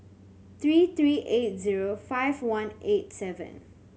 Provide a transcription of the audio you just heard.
three three eight zero five one eight seven